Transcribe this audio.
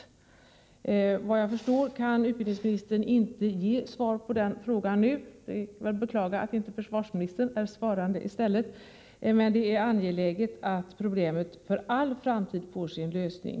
Såvitt jag förstår kan utbildningsministern inte ge svar på den frågan nu. Det är väl att beklaga att inte försvarsministern är svarande i stället. Men det är alltså angeläget att problemet för all framtid får sin lösning.